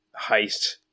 heist